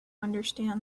understand